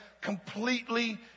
completely